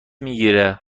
میگیره